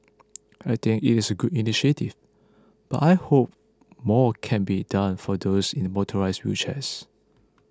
I think it is a good initiative but I hope more can be done for those in motorised wheelchairs